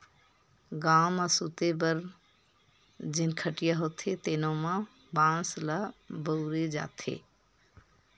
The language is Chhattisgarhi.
गाँव म सूते बर जेन खटिया होथे तेनो म बांस ल बउरे जाथे